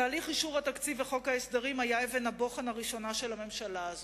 תהליך אישור התקציב וחוק ההסדרים היה אבן הבוחן הראשונה של הממשלה הזאת.